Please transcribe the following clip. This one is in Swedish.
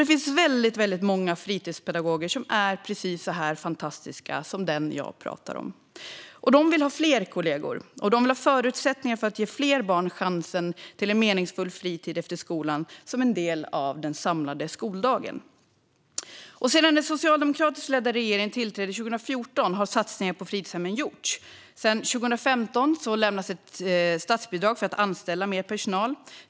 Det finns väldigt många fritidspedagoger som är precis så här fantastiska som den jag talar om. De vill ha fler kollegor, och de vill ha förutsättningar för att ge fler barn chansen till en meningsfull fritid efter skolan som en del av den samlade skoldagen. Sedan den socialdemokratiskt ledda regeringen tillträdde 2014 har satsningar på fritidshemmen gjorts. Sedan 2015 lämnas ett statsbidrag för att anställa mer personal.